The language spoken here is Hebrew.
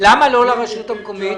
למה לא לרשות המקומית?